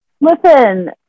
Listen